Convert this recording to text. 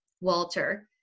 Walter